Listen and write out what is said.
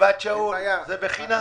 בגבעת שאול זה בחינם.